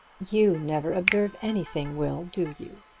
you never observe anything, will do you?